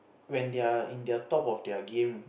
when they're in their top of their game